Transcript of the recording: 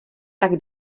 tak